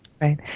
Right